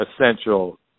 essential